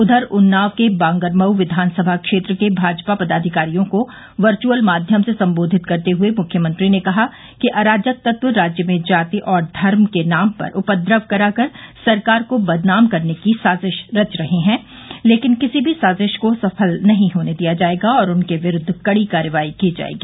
उधर उन्नाव के बांगरमऊ विघानसभा क्षेत्र के भाजपा पदाधिकारियों को वर्चुअल माध्यम से संबोधित करते हुए मुख्यमंत्री ने कहा कि अराजकतत्व राज्य में जाति और धर्म के नाम पर उपद्रव करा कर सरकार को बदनाम करने की साजिश रच रहे हैं लेकिन किसी भी साजिश को सफल नहीं होने दिया जायेगा और उनके विरूद्व कड़ी कार्रवाई की जायेगी